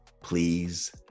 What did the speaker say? Please